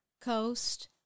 coast